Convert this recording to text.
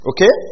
Okay